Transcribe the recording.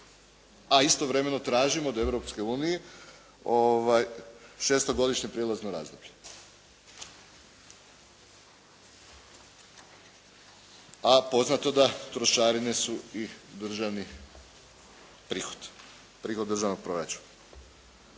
a istovremeno tražimo od Europske unije šestogodišnje prijelazno razdoblje. A poznato je da trošarine su i državni prihod, prihod državnog proračuna.